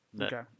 okay